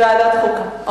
ועדת חוקה.